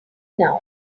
now